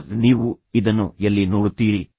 ಈಗ ನೀವು ಇದನ್ನು ಎಲ್ಲಿ ನೋಡುತ್ತೀರಿ